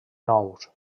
nous